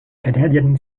canadian